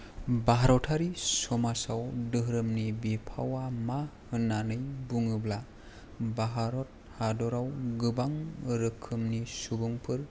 भारतारि समाजाव धोरोमनि बिफावा मा होननानै बुङोब्ला भारत हादराव गोबां रोखोमनि सुबुंफोर